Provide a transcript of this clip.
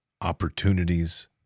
opportunities